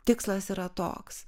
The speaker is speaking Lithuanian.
tikslas yra toks